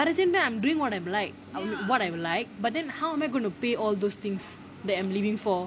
but at the same time I am doing what I like I mean what I like but then how am I going to pay all those things that I'm living for